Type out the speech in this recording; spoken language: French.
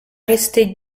rester